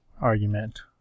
argument